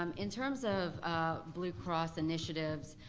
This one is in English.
um in terms of blue cross initiatives,